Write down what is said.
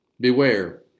Beware